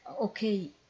okay